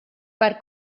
per